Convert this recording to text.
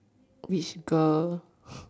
which girl